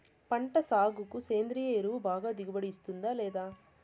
పంట సాగుకు సేంద్రియ ఎరువు బాగా దిగుబడి ఇస్తుందా లేదా